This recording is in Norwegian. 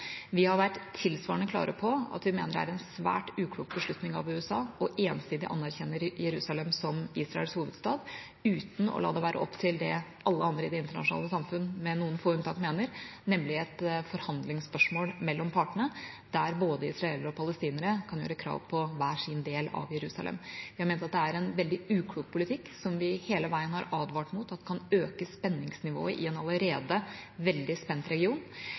Vi har vært tilsvarende klare på at vi mener det er en svært uklok beslutning av USA ensidig å anerkjenne Jerusalem som Israels hovedstad, uten å la det være det alle andre i det internasjonale samfunn – med noen få unntak – mener, nemlig et forhandlingsspørsmål mellom partene der både israelere og palestinere kan gjøre krav på hver sin del av Jerusalem. Vi har ment at det er en veldig uklok politikk, som vi hele veien har advart mot kan øke spenningsnivået i en allerede veldig spent region.